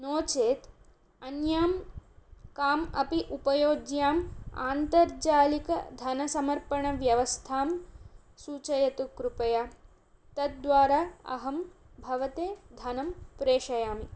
नोचेत् अन्यां काम् अपि उपायोज्याम् आन्तर्जालिकधनसमर्पणव्यवस्थां सूचयतु कृपया तद्वारा अहं भवते धनं प्रेषयामि